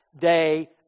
day